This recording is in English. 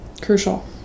crucial